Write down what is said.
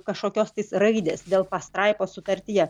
kažkokios tais raidės dėl pastraipos sutartyje